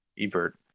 ebert